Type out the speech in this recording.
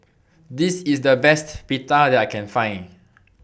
This IS The Best Pita that I Can Find